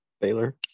Baylor